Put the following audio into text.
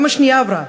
גם השנייה עברה,